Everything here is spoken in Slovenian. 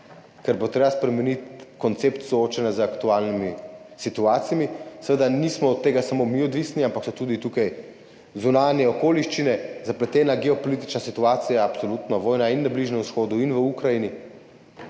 ker bo treba spremeniti koncept soočenja z aktualnimi situacijami. Seveda nismo od tega odvisni samo mi, ampak so tukaj tudi zunanje okoliščine, zapletena geopolitična situacija, absolutno tudi vojni na Bližnjem vzhodu in v Ukrajini.